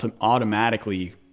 automatically